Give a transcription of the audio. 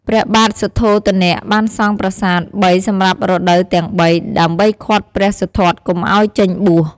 ព្រះបាទសុទ្ធោទនៈបានសង់ប្រាសាទ ៣ សម្រាប់រដូវទាំង ៣ ដើម្បីឃាត់ព្រះសិទ្ធត្ថកុំឲ្យចេញបួស។